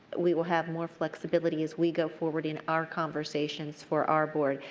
we will have more flexibility as we go forward in our conversations for our board.